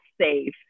safe